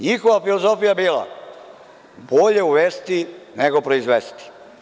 Njihova filozofija je bila – bolje uvesti nego proizvesti.